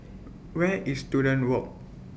Where IS Student Walk